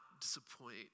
disappoint